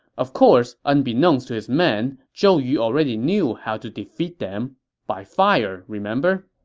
of course, unbeknownst to his men, zhou yu already knew how to defeat them by fire, remember?